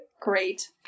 great